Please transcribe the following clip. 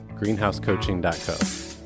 GreenhouseCoaching.co